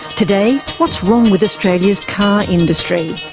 today, what's wrong with australia's car industry?